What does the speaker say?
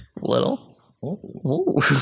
little